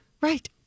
Right